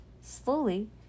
slowly